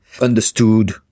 understood